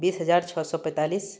बीस हजार छओ सए पैंतालिस